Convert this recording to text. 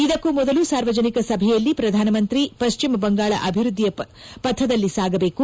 ಇದಕ್ಕೂ ಮೊದಲು ಸಾರ್ವಜನಿಕ ಸಭೆಯಲ್ಲಿ ಪ್ರಧಾನಮಂತ್ರಿ ಪಶ್ಚಿಮ ಬಂಗಾಳ ಅಭಿವೃದ್ದಿಯ ಪಥದಲ್ಲಿ ಸಾಗಬೇಕು